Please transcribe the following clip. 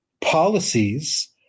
policies